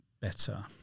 better